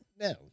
No